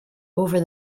over